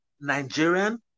Nigerian